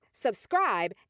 subscribe